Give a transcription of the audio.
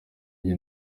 njye